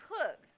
cook